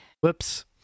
Whoops